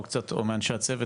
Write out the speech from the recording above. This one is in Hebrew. או מאנשי הצוות,